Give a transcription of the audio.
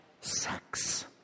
sex